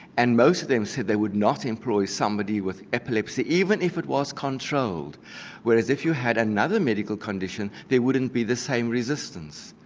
and most of them said they would not employ somebody with epilepsy even if it was controlled whereas if you had another medical condition there wouldn't be the same resistance.